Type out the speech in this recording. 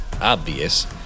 obvious